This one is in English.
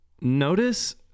notice